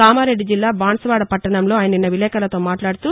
కామారెడ్డి జిల్లా బాన్సువాడ పట్టణంలో ఆయన నిన్న విలేకర్లతో మాట్లాడుతూ